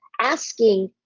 asking